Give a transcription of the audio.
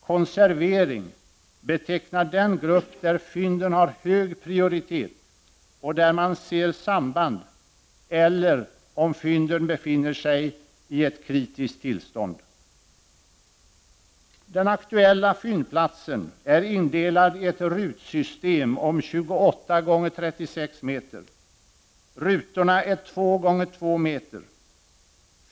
”Konservering” betecknar den grupp där fynden har hög prioritet och där man ser samband, eller fynd som befinner sig i ett kritiskt tillstånd. Den aktuella fyndplatsen är indelad i ett rutsystem på 28 gånger 36 m. Rutorna är 2 gånger 2 m.